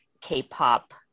K-pop